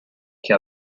che